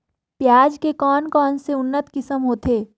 पियाज के कोन कोन सा उन्नत किसम होथे?